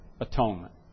atonement